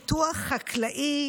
פיתוח חקלאי